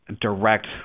direct